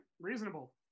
reasonable